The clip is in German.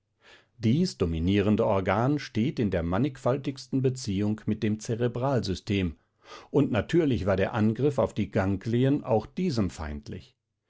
dies dominierende organ steht in der mannigfaltigsten beziehung mit dem zerebralsystem und natürlich war der angriff auf die ganglien auch diesem feindlich